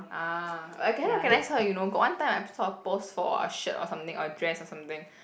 ah but I cannot recognise her you know got one time I saw her pose for a shirt or something a dress or something